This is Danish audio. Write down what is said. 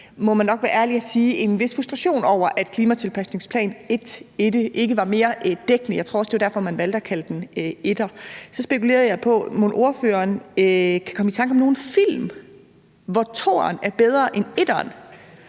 må man nok være ærlig og sige, en vis frustration over, at klimatilpasningsplan 1 ikke var mere dækkende. Jeg tror også, at det var derfor, man valgte at kalde det en etter. Så spekulerer jeg på, om ordføreren mon kan komme i tanke om nogen film, hvor toeren er bedre end etteren.